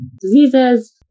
diseases